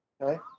okay